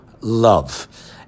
love